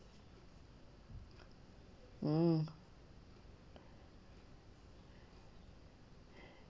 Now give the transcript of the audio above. mm